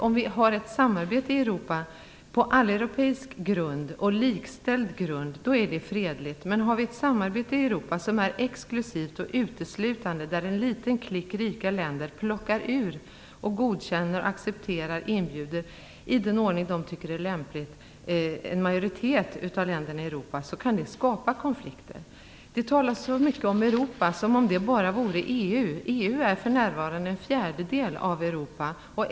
Om vi har ett samarbete i Europa på alleuropeisk och likställd grund är det fredligt. Men om vi har ett samarbete i Europa som är exklusivt och uteslutande, där en liten klick rika länder plockar ut, godkänner, accepterar och inbjuder några de tycker är lämpliga ur majoriteten av Europas länder kan det skapa konflikter. Det talas så mycket om Europa som om det bara vore EU. EU är för närvarande en fjärdedel av Europa.